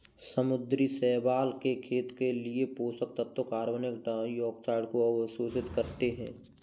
समुद्री शैवाल के खेत के लिए पोषक तत्वों कार्बन डाइऑक्साइड को अवशोषित करते है